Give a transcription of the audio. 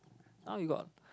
now you got